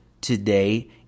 today